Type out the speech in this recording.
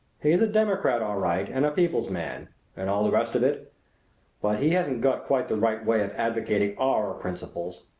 he is a democrat all right, and a people's man and all the rest of it but he hasn't got quite the right way of advocating our principles.